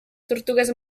tortugues